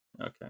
Okay